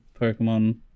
Pokemon